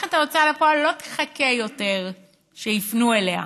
מערכת ההוצאה לפועל לא תחכה יותר שיפנו אליה.